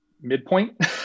midpoint